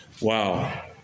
Wow